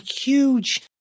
huge